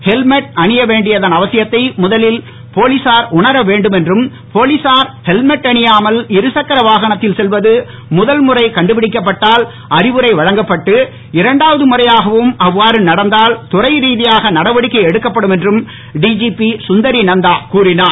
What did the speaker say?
helmet அணியவேண்டியதன் அவசியத்தை முதலில் போலீசார் உணர வேண்டும் என்றும் போலீசார் ஹெல்மட் அணியாமல் இருசக்கர வாகனத்தில் செல்வது முதல்முறை கண்டுபிடிக்கப்பட்டால் அறிவுரை வழங்கப்பட்டு இரண்டாவது முறையாகவும் அவ்வாறு நடந்தால் துறைரீதியாக நடவடிக்கை எடுக்கப்படும் என்றும் டிஜிபி சுந்தரி நந்தா கூறினார்